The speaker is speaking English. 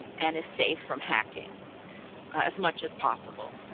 um and is safe from hacking as much as possible.